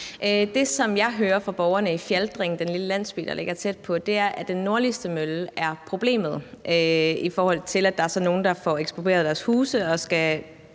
Det, som jeg hører fra borgerne i Fjaltring, den lille landsby, der ligger tæt på, er, at den nordligste mølle er problemet, i forhold til at der så er nogle, der får eksproprieret deres huse og